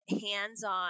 hands-on